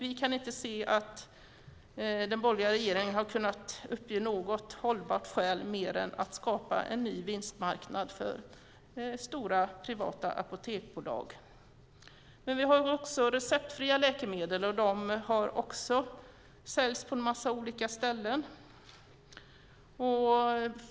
Vi kan inte se att den borgerliga regeringen har uppgett något hållbart skäl mer än att skapa en ny vinstmarknad för stora privata apoteksbolag. Det finns också receptfria läkemedel. De säljs på en mängd olika ställen.